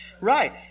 Right